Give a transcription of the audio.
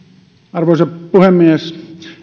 arvoisa puhemies